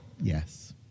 Yes